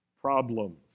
problems